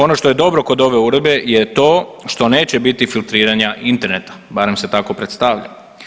Ono što je dobro kod ove uredbe je to što neće biti filtriranja interneta, barem se tako predstavlja.